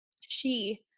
she-